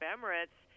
Emirates